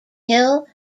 hill